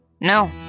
No